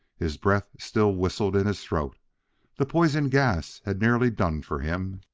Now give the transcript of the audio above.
his breath still whistled in his throat the poison gas had nearly done for him.